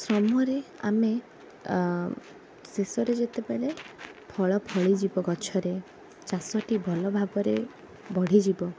ଶ୍ରମରେ ଆମେ ଶେଷରେ ଯେତେବେଳେ ଫଳ ଫଳିଯିବ ଗଛରେ ଚାଷଟି ଭଲ ଭାବରେ ବଢ଼ିଯିବ